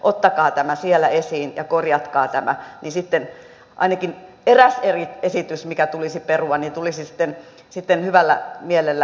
ottakaa tämä siellä esiin ja korjatkaa tämä niin sitten ainakin eräs esitys mikä tulisi perua tulisi hyvällä mielellä peruttua